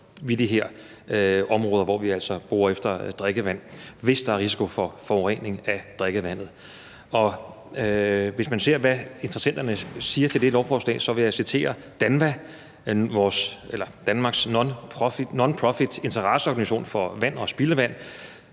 i de her områder, hvor vi altså borer efter drikkevand, hvis der er risiko for forurening af drikkevandet. Hvis man ser på, hvad interessenterne siger til det lovforslag, vil jeg citere DANVA, Danmarks nonprofitinteresseorganisation for vand og spildevand.